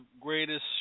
greatest